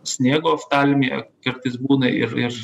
sniego oftalmija kartais būna ir ir